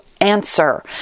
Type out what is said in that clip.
answer